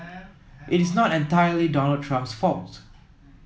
it is not entirely Donald Trump's fault